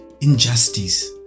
injustice